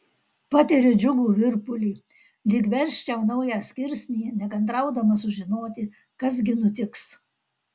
patiriu džiugų virpulį lyg versčiau naują skirsnį nekantraudama sužinoti kas gi nutiks